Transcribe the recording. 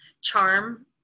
charm